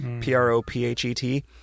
p-r-o-p-h-e-t